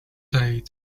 said